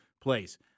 place